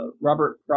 Robert